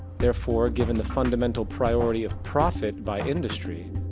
therefore, given the fundamental priority of profit by industry,